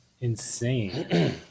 insane